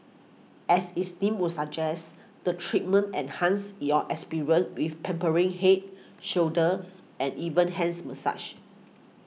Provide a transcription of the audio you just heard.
as its deem would suggest the treatment enhances your experience with pampering head shoulder and even hands massage